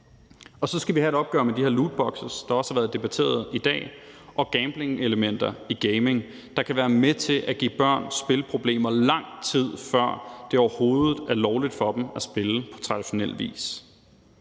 Og så skal vi have et opgør med de her lootbokse, som også har været debatteret i dag, og gamblingelementer i gaming, der kan være med til at give børn spilproblemer, lang tid før det overhovedet er lovligt for dem at spille på traditionel vis.